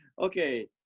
Okay